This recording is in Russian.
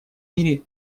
мире